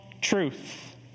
truth